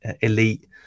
elite